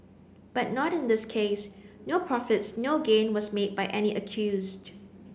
but not in this case no profits no gain was made by any accused